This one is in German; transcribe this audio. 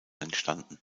entstanden